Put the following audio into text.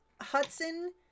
hudson